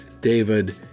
David